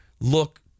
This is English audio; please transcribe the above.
look